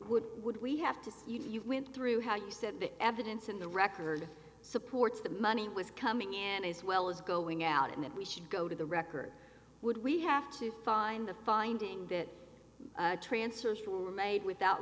would would we have to see you went through how you said the evidence in the record supports that money was coming in as well as going out and that we should go to the record would we have to find the finding that transfers to were made without